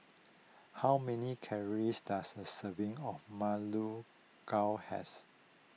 how many calories does a serving of Ma Lu Gao has